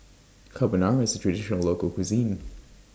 Carbonara IS A Traditional Local Cuisine